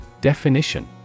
Definition